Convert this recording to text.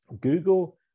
Google